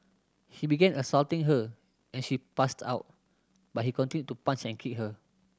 he began assaulting her and she passed out but he continued to punch and kick her